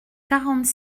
quarante